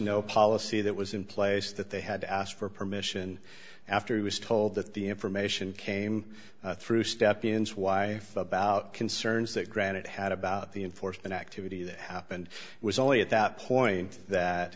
no policy that was in place that they had asked for permission after he was told that the information came through step ins wife about concerns that granite had about the enforcement activity that happened it was only at that point that